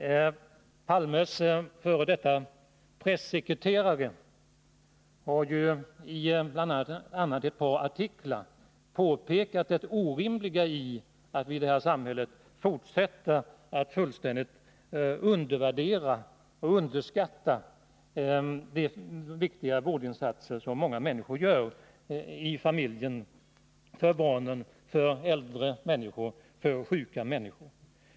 Olof Palmes f. d. pressekreterare har i bl.a. ett par artiklar påpekat det orimliga i att vi i detta samhälle fortsätter att fullständigt undervärdera de viktiga vårdinsatser som många människor gör i familjen, för barnen, för äldre och sjuka människor.